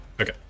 Okay